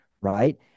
right